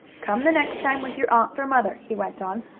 come the next time, with your aunt or mother, he went on,